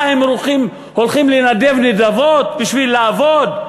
מה, הם הולכים לקבץ נדבות בשביל לעבוד?